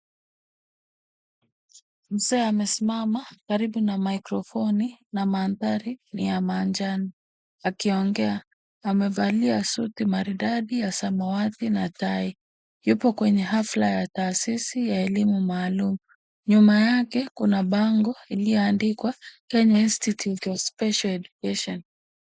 Mzee amesimama karibu na mikrofoni na mandhari ni ya manjano akiongea. Amevalia suti maridadi ya samawati na tai. Yupo kwenye hafla ya taasisi ya elimu maalum. Nyuma yake kuna bango iliyoandikwa Kenya Institute For Special Education.